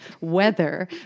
weather